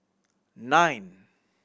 nine